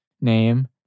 name